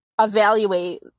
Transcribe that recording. evaluate